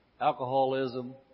alcoholism